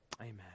Amen